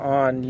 on